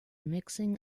mixing